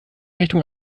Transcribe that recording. richtung